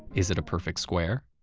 is it a perfect square?